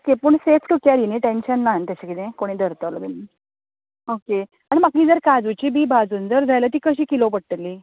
okay पूण safe to carry नी कसलें टेंशन ना कोणी धरतलो बीन ओके आनी म्हाका जर काजूची बी भाजून बी जाय जाल्यार ती कशी किलो पडटली